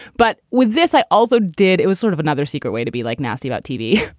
but with this, i also did it was sort of another secret way to be like nasty about tv.